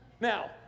Now